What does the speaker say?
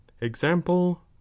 Example